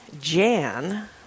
Jan